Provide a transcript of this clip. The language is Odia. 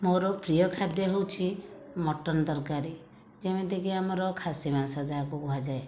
ମୋର ପ୍ରିୟ ଖାଦ୍ୟ ହେଉଛି ମଟନ ତରକାରୀ ଯେମିତିକି ଆମର ଖାସୀ ମାଂସ ଯାହାକୁ କୁହାଯାଏ